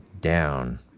down